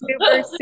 Super